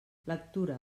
lectura